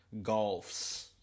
Golfs